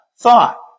thought